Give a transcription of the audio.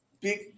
big